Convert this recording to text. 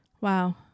Wow